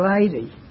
lady